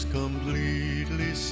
completely